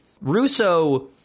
Russo